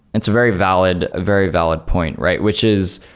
it's a very valid very valid point, right? which is